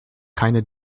keine